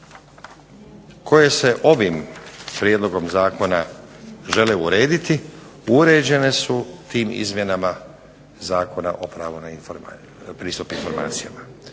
koje se ovim prijedlogom zakona žele urediti, uređene su tim izmjenama Zakona o pravu na pristup informacijama.